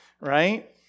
right